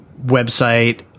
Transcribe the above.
website –